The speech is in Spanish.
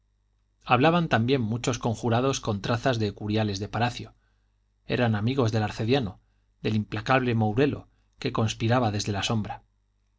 hablaban también muchos conjurados con trazas de curiales de palacio eran amigos del arcediano del implacable mourelo que conspiraba desde la sombra